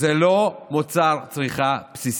הם לא מוצר צריכה בסיסי,